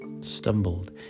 stumbled